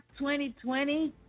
2020